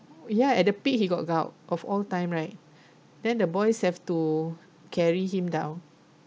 ya at the peak he got gout of all time right then the boys have to carry him down